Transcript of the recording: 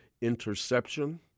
Interception